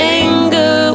anger